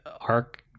arc